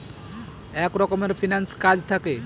এক রকমের ফিন্যান্স কাজ থাকে